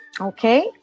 Okay